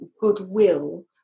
goodwill